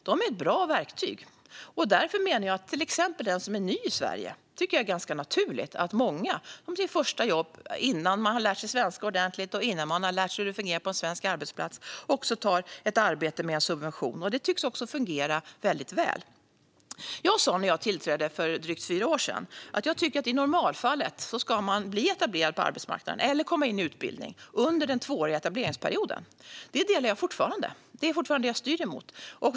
De är bra verktyg, till exempel för dem som är nya i Sverige. Jag tycker att det är ganska naturligt att många, innan de har lärt sig svenska ordentligt och innan de har lärt sig hur det fungerar på en svensk arbetsplats, tar ett arbete med en subvention. Det tycks också fungera väldigt väl. Jag sa när jag tillträdde för drygt fyra år sedan att jag tycker att man i normalfallet ska bli etablerad på arbetsmarknaden eller komma in i utbildning under den tvååriga etableringsperioden. Det tycker jag fortfarande. Det är fortfarande det jag styr mot.